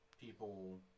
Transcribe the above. people